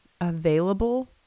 available